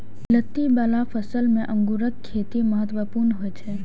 लत्ती बला फसल मे अंगूरक खेती महत्वपूर्ण होइ छै